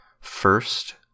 First